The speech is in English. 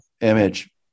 image